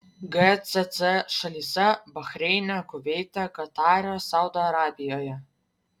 gcc šalyse bahreine kuveite katare saudo arabijoje